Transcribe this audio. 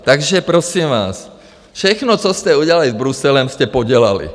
Takže prosím vás, všechno, co jste udělali s Bruselem, jste podělali.